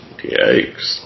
Yikes